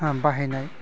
बाहायनाय